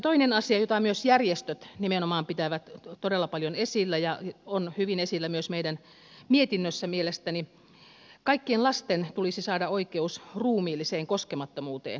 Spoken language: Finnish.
toinen asia jota myös järjestöt nimenomaan pitävät todella paljon esillä ja joka on mielestäni hyvin esillä myös meidän mietinnössämme on se että kaikkien lasten tulisi saada oikeus ruumiilliseen koskemattomuuteen